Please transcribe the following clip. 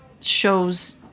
shows